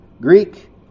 Greek